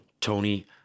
Tony